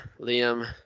Liam